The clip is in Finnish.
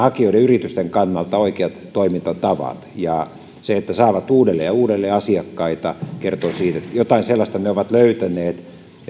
hakijoiden yritysten kannalta oikeat toimintatavat se että ne saavat uudelleen ja uudelleen asiakkaita kertoo siitä että jotain sellaista ne ovat löytäneet